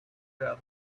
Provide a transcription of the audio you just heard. travel